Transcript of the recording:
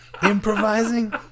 improvising